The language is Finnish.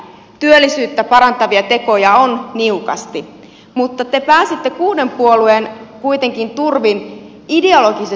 työllisyyttä parantavia tekoja on niukasti mutta te kuitenkin pääsitte kuuden puolueen turvin ideologisesti kahteen maaliin